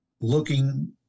looking